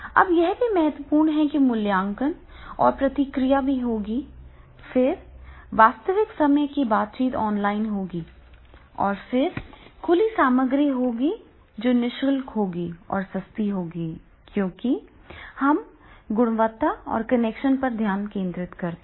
अब यह भी महत्वपूर्ण है कि मूल्यांकन और प्रतिक्रिया भी होगी फिर वास्तविक समय की बातचीत ऑनलाइन होगी फिर खुली सामग्री होगी जो नि शुल्क होगी और सस्ती होगी क्योंकि हम गुणवत्ता और कनेक्शन पर ध्यान केंद्रित करते हैं